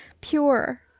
Pure